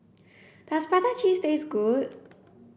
does prata cheese taste good